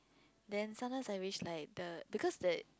then sometimes I wish like the because that